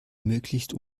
möglichst